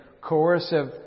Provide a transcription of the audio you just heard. coercive